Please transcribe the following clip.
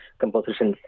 composition